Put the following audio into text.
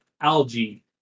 algae